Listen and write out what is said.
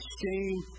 shame